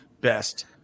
best